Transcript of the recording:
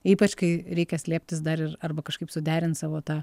ypač kai reikia slėptis dar ir arba kažkaip suderint savo tą